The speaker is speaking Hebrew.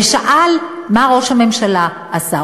ושאל מה ראש הממשלה עשה.